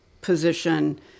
position